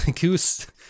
Goose